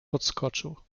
podskoczył